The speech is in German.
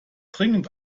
dringend